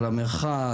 על המרחק,